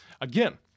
Again